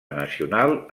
nacional